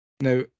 now